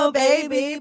baby